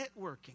networking